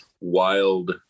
wild